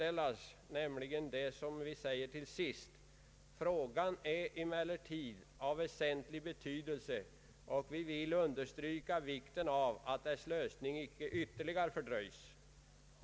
Jag syftar på slutavsnittet i vårt yttrande där vi säger: ”Frågan är emellertid av väsentlig betydelse och vi vill understryka vikten av att dess lösning inte ytterligare fördröjs.